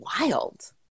wild